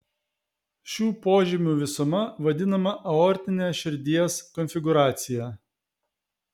šių požymių visuma vadinama aortine širdies konfigūracija